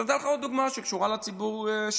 אני אתן לך עוד דוגמה, שקשורה לציבור שלכם,